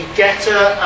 getter